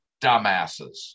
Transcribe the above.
dumbasses